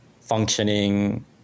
functioning